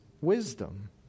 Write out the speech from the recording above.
wisdom